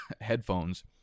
headphones—